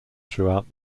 throughout